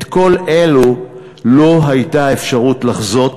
את כל אלה לא הייתה אפשרות לחזות,